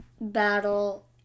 battle